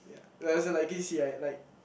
yeah no as in like you can see right like